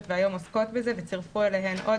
והיום עוסקות בזה וצירפו אליהן עוד.